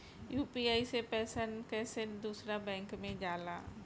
UPI से पैसा कैसे दूसरा बैंक मे जाला?